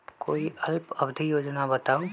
कोई अल्प अवधि योजना बताऊ?